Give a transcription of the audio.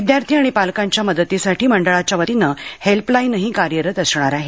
विद्यार्थी आणि पालकांच्या मदतीसाठी मंडळाच्या वतीनं हेल्पलाईनही कार्यरत असणार आहे